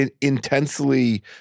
intensely